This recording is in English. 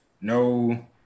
no